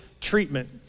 treatment